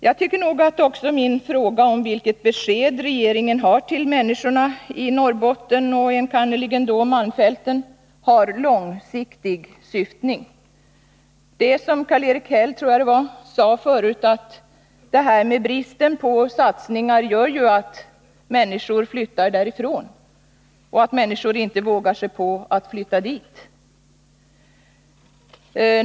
Jag tycker att också min fråga om vilket besked regeringen har till människorna i Norrbotten och enkannerligen malmfälten har en långsiktig syftning. Det är som Karl-Erik Häll — jag tror det var han — sade förut, att bristen på satsningar gör att människor flyttar därifrån och att människor inte vågar sig på att flytta dit.